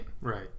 right